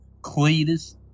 cletus